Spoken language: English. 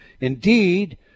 Indeed